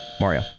Mario